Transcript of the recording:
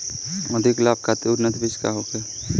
अधिक लाभ खातिर उन्नत बीज का होखे?